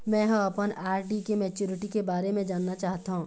में ह अपन आर.डी के मैच्युरिटी के बारे में जानना चाहथों